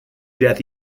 death